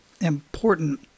important